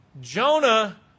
Jonah